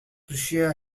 prussia